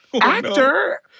actor